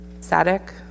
static